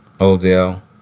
Odell